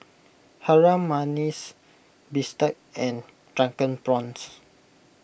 Harum Manis Bistake and Drunken Prawns